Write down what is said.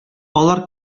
алар